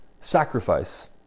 sacrifice